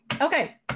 Okay